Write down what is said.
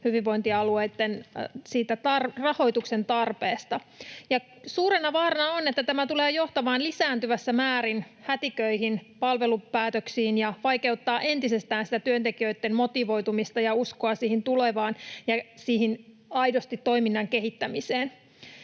hyvinvointialueitten rahoituksen tarpeesta. Suurena vaarana on, että tämä tulee johtamaan lisääntyvässä määrin hätiköityihin palvelupäätöksiin ja vaikeuttaa entisestään sitä työntekijöitten motivoitumista ja uskoa tulevaan ja siihen toiminnan kehittämiseen